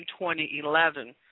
2011